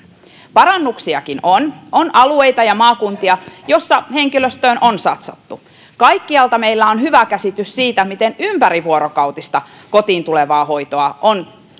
parannuksiakin on on alueita ja maakuntia joissa henkilöstöön on satsattu kaikkialta meillä on hyvä käsitys siitä miten ympärivuorokautista kotiin tulevaa hoitoa on